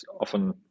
often